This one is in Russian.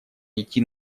идти